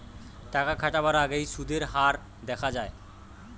টাকা খাটাবার আগেই সুদের হার দেখা যায়